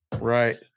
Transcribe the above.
Right